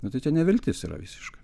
nu tai ten neviltis yra visiška